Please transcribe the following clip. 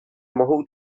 mohou